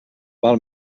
val